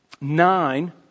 nine